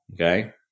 Okay